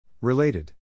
Related